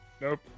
Nope